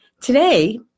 Today